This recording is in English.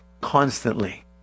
constantly